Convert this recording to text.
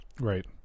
Right